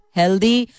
healthy